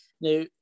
now